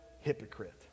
hypocrite